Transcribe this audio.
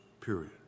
period